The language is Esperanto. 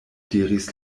diris